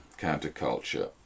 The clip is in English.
counterculture